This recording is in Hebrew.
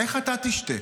איך אתה תשתה?